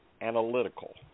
analytical